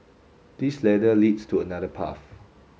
this ladder leads to another path